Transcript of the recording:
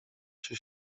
się